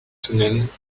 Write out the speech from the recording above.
semaines